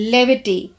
Levity